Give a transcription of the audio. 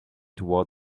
toward